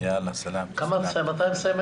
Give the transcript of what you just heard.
זו הזדמנות לברך את אפרת, שעוד מעט מסיימת